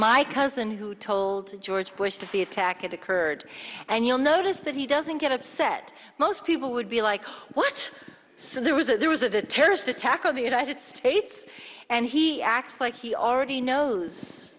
my cousin who told george bush that the attack occurred and you'll notice that he doesn't get upset most people would be like what so there was a there was a terrorist attack on the united states and he acts like he already knows